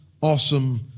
awesome